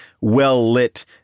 well-lit